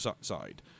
side